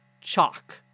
chalk